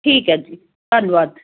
ਠੀਕ ਹੈ ਜੀ ਧੰਨਵਾਦ